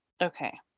Okay